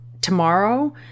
tomorrow